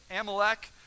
Amalek